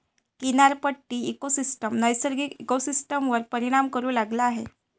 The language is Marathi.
किनारपट्टी इकोसिस्टम नैसर्गिक इकोसिस्टमवर परिणाम करू लागला आहे